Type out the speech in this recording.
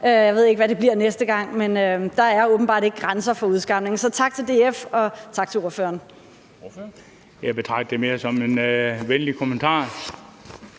Jeg ved ikke, hvad det bliver næste gang, men der er åbenbart ikke grænser for udskamning, så tak til DF og tak til ordføreren. Kl. 10:16 Formanden (Henrik